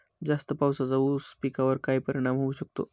जास्त पावसाचा ऊस पिकावर काय परिणाम होऊ शकतो?